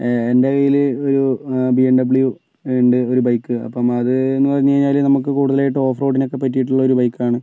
എൻ്റെ കയ്യില് ഒരു ബി എം ഡബ്ല്യൂ ഉണ്ട് ഒരു ബൈക്ക് അപ്പോൾ അത് എന്ന് പറഞ്ഞ് കഴിഞ്ഞാല് നമുക്ക് കുടുതലായിട്ട് ഓഫ് റോഡിന് ഒക്കെ പറ്റിയിട്ടുള്ള ഒരു ബൈക്ക് ആണ്